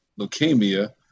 leukemia